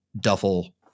duffel